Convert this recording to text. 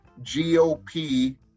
GOP